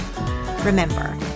Remember